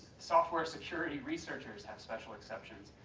software security researchers have special exceptions.